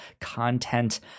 content